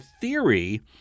theory